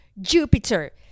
Jupiter